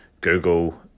Google